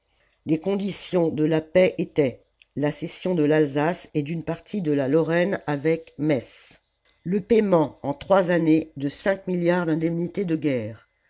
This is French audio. les conditions de la paix étaient la cession de l'alsace et d'une partie de la lorraine avec metz la commune le paiement en trois années de cinq milliards d'indemnités de guerre